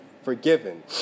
Forgiven